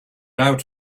out